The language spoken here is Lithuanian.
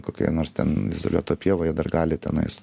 kokioje nors ten izoliuoto pievoje dar gali tenais